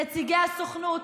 נציגי הסוכנות,